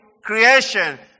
creation